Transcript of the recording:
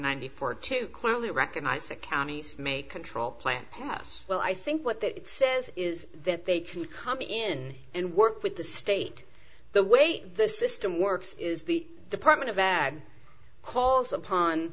ninety four to clearly recognize that counties may control plant pass well i think what that says is that they can come in and work with the state the way the system works is the department of air calls upon